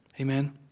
Amen